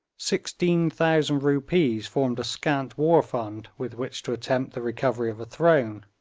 sixteen thousand rupees formed a scant war fund with which to attempt the recovery of a throne,